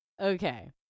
Okay